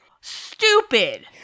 stupid